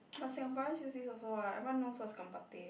but Singaporeans use this also what everyone knows what is gambate